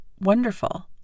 wonderful